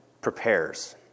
prepares